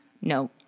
No